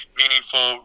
meaningful